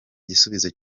gisubizo